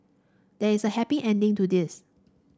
there is a happy ending to this